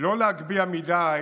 לא להגביה מדי,